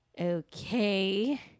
Okay